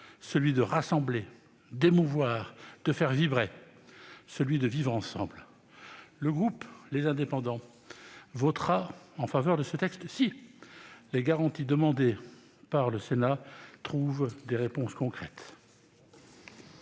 celui de rassembler, d'émouvoir, de faire vibrer et de vivre ensemble. Le groupe Les Indépendants votera en faveur de ce texte si les garanties demandées par le Sénat font l'objet de réponses concrètes.